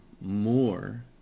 more